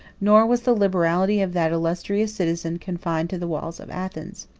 nor was the liberality of that illustrious citizen confined to the walls of athens.